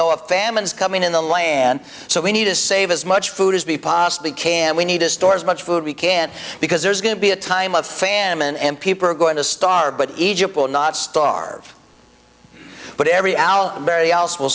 know of famines coming in the land so we need to save as much food as be possibly can we need to store as much food we can because there's going to be a time of famine and people are going to starve but egypt will not starve but every